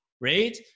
Right